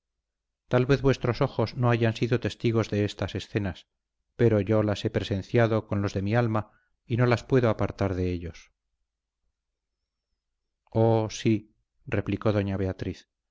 tal vez vuestros ojos no hayan sido testigos de estas escenas pero yo las he presenciado con los de mi alma y no las puedo apartar de ellos oh sí replicó doña beatriz